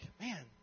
man